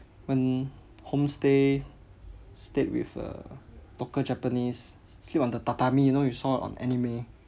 went homestay stayed with a local japanese s~ sleep on the tatami you know you saw on anime